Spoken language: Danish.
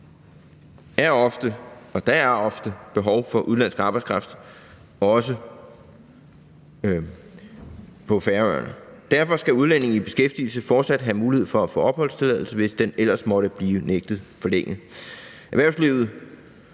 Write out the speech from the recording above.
Der er ofte behov for udenlandsk arbejdskraft, også på Færøerne. Derfor skal udlændinge i beskæftigelse fortsat have mulighed for at få opholdstilladelse, hvis den ellers måtte blive nægtet forlænget. Færøerne